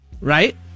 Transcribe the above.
right